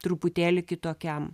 truputėlį kitokiam